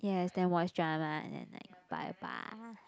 yes then watch drama and then like bye bye